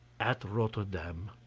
at rotterdam.